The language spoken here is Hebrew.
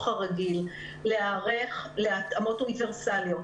הרגיל על-מנת להיערך להתאמות אוניברסליות,